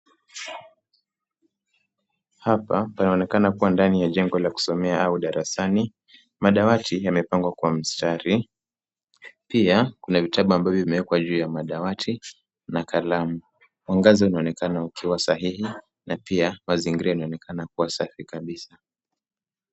Hapa panaonekana kuwa ndani ya jengo la kusomea au darasani, madawati yamepangwa kwa mstari. Pia kuna vitabu ambavyo vimewekwa juu ya madawati na kalamu. Mwangaza unaonekana ukiwa sahihi na pia mazingira inaonekana kuwa safi kabisa.